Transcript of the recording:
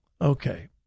Okay